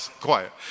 quiet